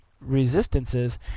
resistances